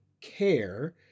care